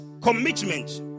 commitment